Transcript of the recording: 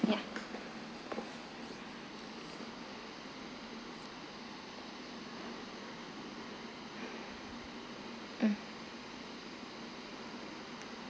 yeah mm